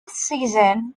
season